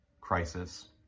crisis